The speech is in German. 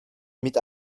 mit